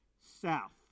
south